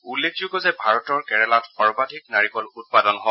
উল্লেখযোগ্য যে ভাৰতৰ কেৰালাত সৰ্বাধিক নাৰিকল উৎপাদন হয়